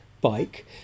bike